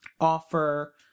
offer